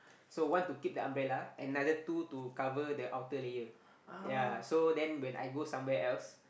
so one to keep the umbrella another two to cover the outer layer ya so then when I go somewhere else